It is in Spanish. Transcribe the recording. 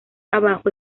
abajo